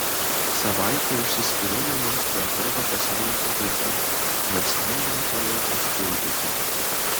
savaitė išsiskyrimo mums neatrodo pasaulio pabaiga nes randam kuo ją užpildyti